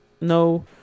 no